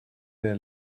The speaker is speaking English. their